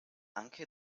anke